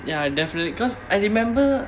ya definitely because I remember